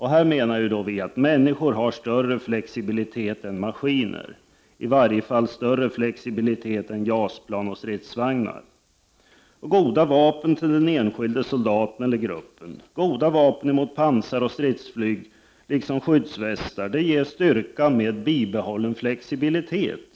Här menar miljöpartiet att människor har större flexibilitet än maskiner, i varje fall större flexibilitet än JAS-plan och stridsvagnar. Goda vapen till den enskilde soldaten eller gruppen, goda vapen emot pansar och stridsflyg liksom skyddsvästar ger styrka med bibehållen flexibilitet.